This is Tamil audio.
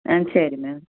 ஆ சரி மேம்